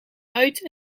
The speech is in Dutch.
uit